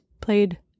played